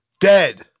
dead